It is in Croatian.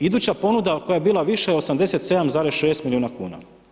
Iduća ponuda koja je bila viša je 87,6 milijuna kuna.